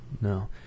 no